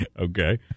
okay